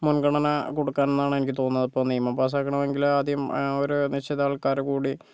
മുൻഗണന കൊടുക്കണമെന്നാണ് എനിക്ക് തോന്നുന്നത് ഇപ്പൊൾ നിയമം പാസാക്കണമെങ്കില് ആദ്യം ഒരു നിശ്ചിത ആൾക്കാർ കൂടി